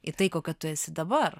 į tai kokia tu esi dabar